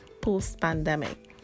post-pandemic